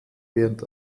wird